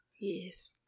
Yes